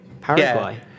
Paraguay